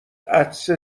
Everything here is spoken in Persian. عطسه